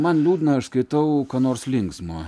man liūdna aš skaitau ką nors linksmo